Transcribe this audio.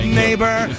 neighbor